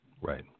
Right